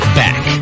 back